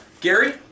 Gary